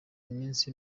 iminsi